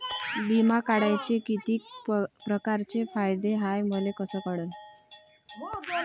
बिमा काढाचे कितीक परकारचे फायदे हाय मले कस कळन?